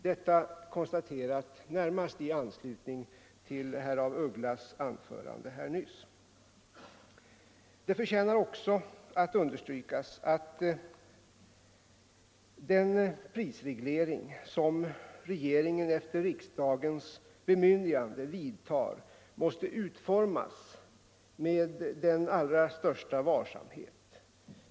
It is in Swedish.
Detta konstaterat närmast i anslutning till herr af Ugglas anförande här nyss. Det förtjänar också att understrykas att den prisreglering som regeringen efter riksdagens bemyndigande vidtar måste utformas med den allra största varsamhet.